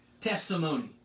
testimony